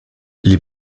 les